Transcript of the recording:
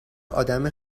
آدم